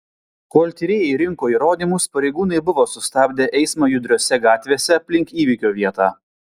kol tyrėjai rinko įrodymus pareigūnai buvo sustabdę eismą judriose gatvėse aplink įvykio vietą